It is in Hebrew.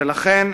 ולכן,